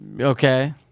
Okay